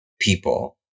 people